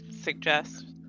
suggest